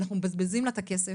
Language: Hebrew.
אנחנו מבזבזים לה את הכסף.